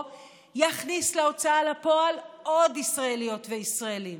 יכניס להוצאה לפועל עוד ישראליות וישראלים,